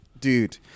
dude